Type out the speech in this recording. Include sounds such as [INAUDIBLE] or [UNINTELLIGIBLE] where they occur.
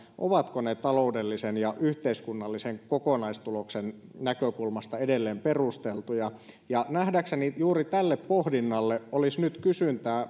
ovatko ne taloudellisen ja yhteiskunnallisen kokonaistuloksen näkökulmasta edelleen perusteltuja ja nähdäkseni juuri tälle pohdinnalle olisi nyt kysyntää [UNINTELLIGIBLE]